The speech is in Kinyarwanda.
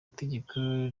itegeko